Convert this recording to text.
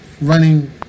Running